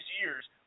years